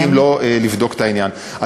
ואם לא, לבדוק את העניין.